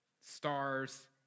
stars